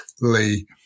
Lee